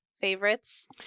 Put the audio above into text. favorites